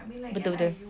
betul betul